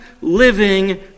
living